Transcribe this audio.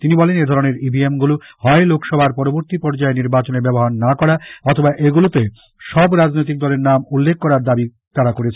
তিনি বলেন এধরনের ইভিএম গুলো হয় লোকসভার পরবর্তী পর্যায়ের নির্বাচনে ব্যবহার না করা অথবা এগুলোতে সব রাজনৈতিক দলের নাম উল্লেখ করার দাবি তাঁরা করেছেন